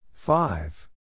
Five